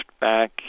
back